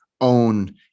own